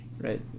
Right